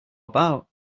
about